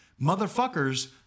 Motherfuckers